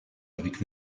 avec